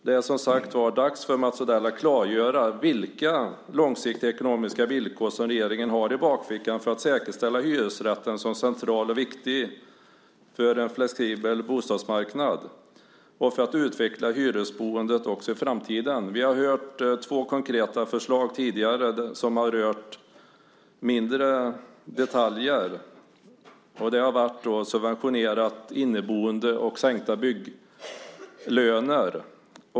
Det är som sagt var dags för Mats Odell att klargöra vilka långsiktiga ekonomiska villkor som regeringen har i bakfickan för att säkerställa hyresrätten som central och viktig för en flexibel bostadsmarknad och för att utveckla hyresboendet också i framtiden. Vi har hört två konkreta förslag tidigare som har rört mindre detaljer. Det har varit subventionerat inneboende och sänkta bygglöner.